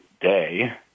day